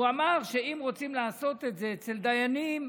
הוא אמר שאם רוצים לעשות את זה אצל דיינים,